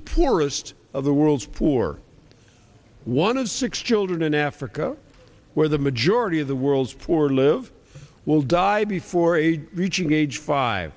the poorest of the world's poor one of six joe in africa where the majority of the world's poor live will die before age reaching age five